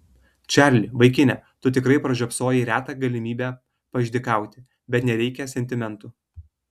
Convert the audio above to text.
čarli vaikine tu tikrai pražiopsojai retą galimybę paišdykauti bet nereikia sentimentų